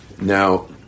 Now